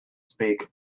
speak